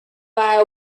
via